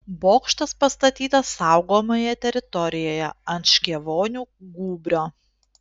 bokštas pastatytas saugomoje teritorijoje ant škėvonių gūbrio